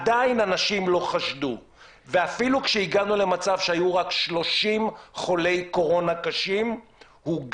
התגלו רק שלושה חולי קורונה שהפרו את חובת הבידוד.